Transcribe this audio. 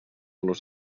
los